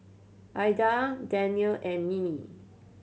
Aida Danielle and Mimi